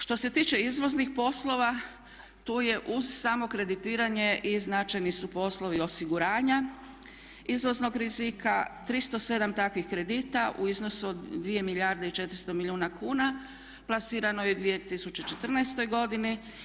Što se tiče izvoznih poslova, tu je uz samo kreditiranje i značajni su poslovi osiguranja izvoznog rizika, 307 takvih kredita u iznosu od 2 milijarde i 400 milijuna kuna, planirano je u 2014. godini.